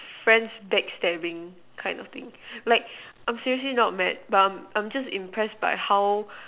friends backstabbing kind of thing like I'm seriously not mad but I'm just impressed by how